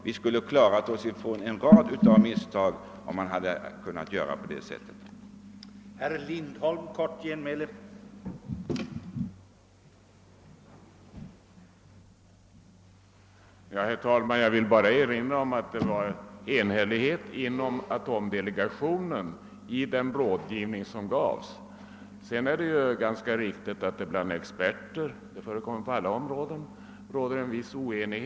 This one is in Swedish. Vi skulle ha kunnat undvika en rad misstag, om en sådan företagsdemokrati verkligen förelegat.